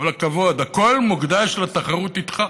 כל הכבוד, הכול מוקדש לתחרות איתך: